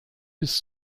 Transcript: bis